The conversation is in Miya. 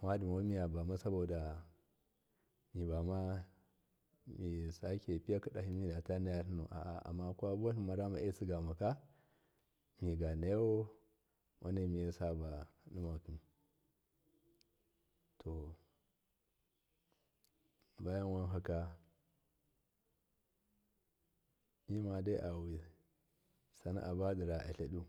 amma dimamiyaa bamasuboda misake piyaka dwau midanatlimu amma kwa buwatlimar uma etsigu maka miganayau wanemi ye sabau dimakii to buyan wankaka mimade a wisanaa badira atludu.